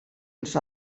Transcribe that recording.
els